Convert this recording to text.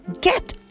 Get